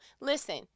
listen